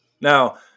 now